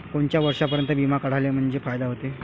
कोनच्या वर्षापर्यंत बिमा काढला म्हंजे फायदा व्हते?